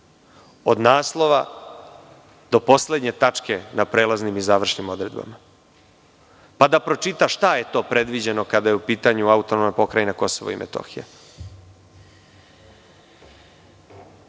Od naslova do poslednje tačke na prelaznim i završnim odredbama. Pa da pročita šta je to predviđeno kada je u pitanju AP Kosovo i Metohija. Ali,